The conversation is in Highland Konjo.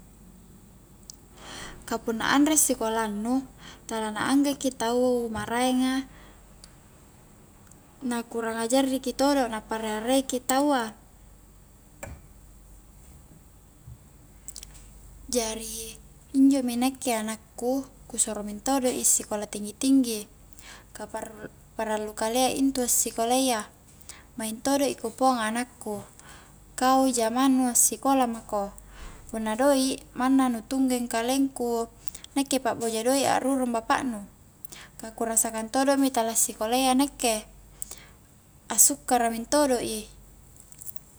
Kapunna anre sikolannu tala na angga ki tau maraenga na kuarang ajarri ki todo' na parearei ki taua jari injo mi nakke anakku ku suro mentodo i sikola tinggi-tinggi ka para-parallu kalia intu assikolayya maing todo i ku pauang anakku kau jamangnu assikola mako punna doik manna nu tunggeng kalengku nakke pa akboja doik akrurung bapak nu ka kurasakan todo'mi tala sikolayya nakke asukkara mentodo i